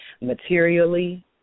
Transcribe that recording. materially